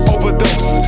Overdose